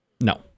No